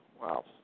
Wow